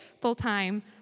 full-time